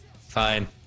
Fine